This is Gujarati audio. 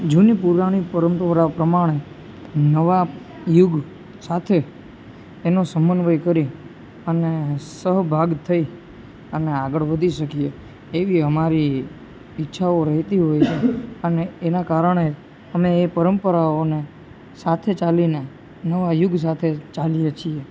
જૂની પુરાણી પરંપરાઓ પ્રમાણે નવા યુગ સાથે એનો સમન્વય કરી અને સહભાગ થઈ અને આગળ વધી શકીયે એવી અમારી ઈચ્છાઓ રહેતી હોય છે અને એના કારણે અમે એ પરંપરાઓને સાથે ચાલીને નવા યુગ સાથે ચાલીએ છીએ